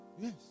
Yes